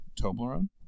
Toblerone